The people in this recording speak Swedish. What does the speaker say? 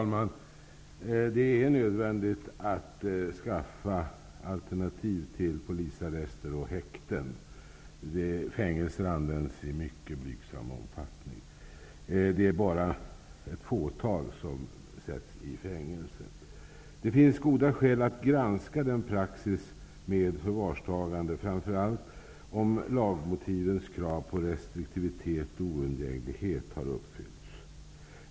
Fru talman! Det är nödvändigt att ta fram alternativ till polisarrester och häkten -- fängelse används i mycket blygsam omfattning, det är bara ett fåtal som sätts i fängelse. Det finns goda skäl att granska den praxis som råder när det gäller förvarstagande, framför allt om lagmotivens krav på restriktivitet och oundgänglighet har uppfyllts.